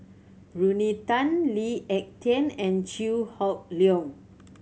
Rodney Tan Lee Ek Tieng and Chew Hock Leong